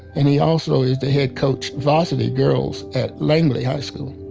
and he also is the head coach varsity girls at langley high school.